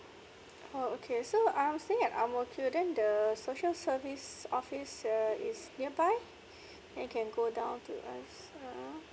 oh okay so um I was staying at ang mo kio then the the social service office uh is nearby I can go down to ask ah